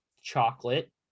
chocolate